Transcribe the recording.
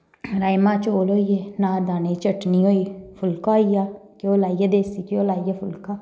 राजमाह् चौल होई गै नारदाने दी चटनी होई फुलका होई गेआ घ्यो लाइयै देस्सी घ्यो लाइयै फुलका